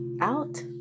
out